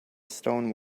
stone